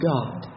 God